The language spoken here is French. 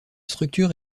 structure